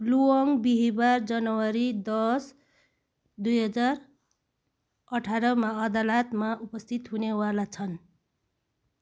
लुओङ् बिहिबार जनवरी दस दुई हजार अठाह्रमा अदालतमा उपस्थित हुनेवाला छन्